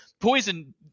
Poison